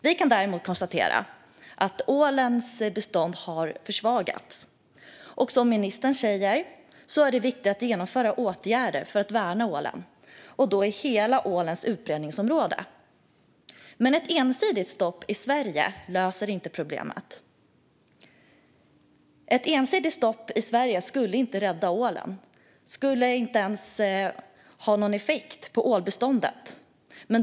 Vi kan däremot konstatera att ålbeståndet har försvagats. Som ministern säger är det viktigt att vidta åtgärder för att värna ålen. Det ska göras i ålens hela utbredningsområde. Ett ensidigt stopp i Sverige löser inte problemet. Det skulle inte rädda ålen. Det skulle inte ens få någon effekt på ålbeståndet.